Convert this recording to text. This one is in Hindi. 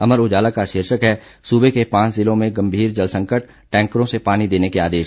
अमर उजाला का शीर्षक है सूबे के पांच जिलों में गंभीर जल संकट टैंकरों से पानी देने के आदेश